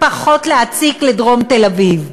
פחות להציק לדרום תל-אביב.